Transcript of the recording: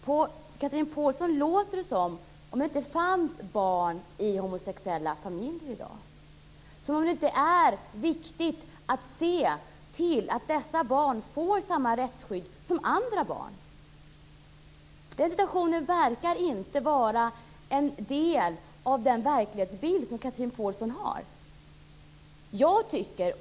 På Chatrine Pålsson låter det som att det inte finns barn i homosexuella familjer i dag, som att det inte är viktigt att se till att dessa barn får samma rättsskydd som andra barn. Den situationen verkar inte vara en del av Chatrine Pålssons verklighetsbild.